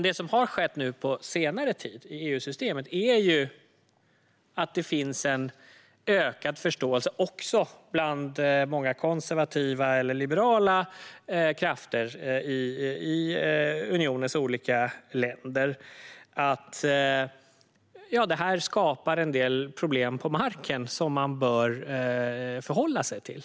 Det som har skett på senare tid i EU-systemet är att det finns en ökad förståelse också bland många konservativa och liberala krafter i unionens olika länder för att detta skapar en del problem på marken som man bör förhålla sig till.